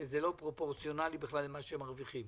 שזה לא פרופורציונלי בכלל למה שהם מרוויחים.